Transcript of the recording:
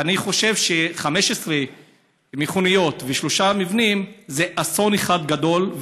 אני חושב ש-15 מכוניות ושלושה מבנים זה אסון אחד גדול.